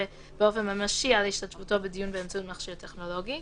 באופן ממשי על השתתפותו בדיון באמצעות מכשיר טכנולוגי,